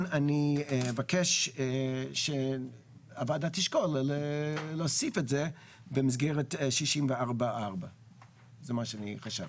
אני אבקש שהוועדה תשקול להוסיף את זה במסגרת 64(4). זה מה שאני חשבתי.